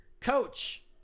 Coach